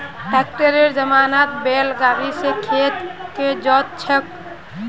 ट्रैक्टरेर जमानात बैल गाड़ी स खेत के जोत छेक